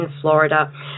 florida